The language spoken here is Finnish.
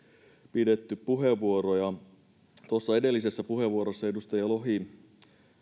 pidetty puheenvuoroja tuossa edellisessä puheenvuorossa edustaja lohi